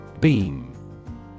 BEAM